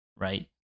Right